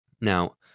Now